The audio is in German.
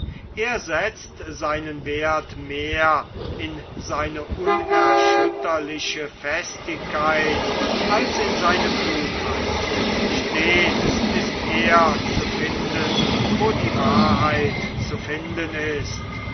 er setzt seinen werth mehr in seine unerschütterliche festigkeit als in seine klugheit stets ist er zu finden wo die wahrheit zu finden ist